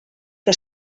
que